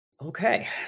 Okay